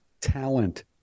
talent